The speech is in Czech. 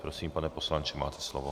Prosím, pane poslanče, máte slovo.